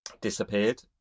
disappeared